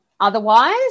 otherwise